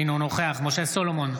אינו נוכח משה סולומון,